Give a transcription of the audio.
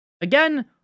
again